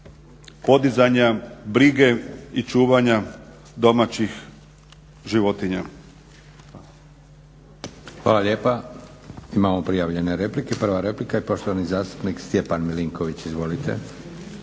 podizanja brige i čuvanja domaćih životinja.